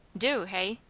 du, hey?